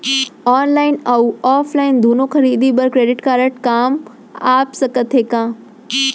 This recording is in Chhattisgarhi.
ऑनलाइन अऊ ऑफलाइन दूनो खरीदी बर क्रेडिट कारड काम आप सकत हे का?